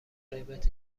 قیمت